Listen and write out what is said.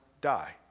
die